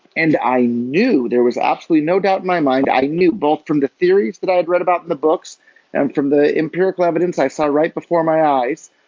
and i knew there was absolutely no doubt in my mind, i knew both from the theories that i had read about in the books and from the empirical evidence i saw right before my eyes,